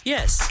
Yes